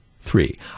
three